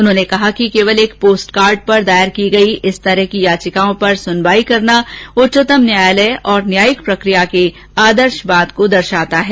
उन्होंने कहा कि केवल एक पोस्टकार्ड पर दायर की गयी इस प्रकार की याचिकाओं पर सुनवाई करना उच्चतम न्यायालय और न्यायिक प्रक्रिया के आदर्शवाद को दर्शाता है